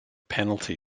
penalty